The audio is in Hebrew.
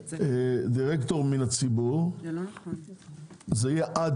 שדירקטור מן הציבור זה יהיה עד